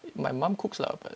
my mum cooks lah but